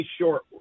short